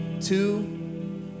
two